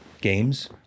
games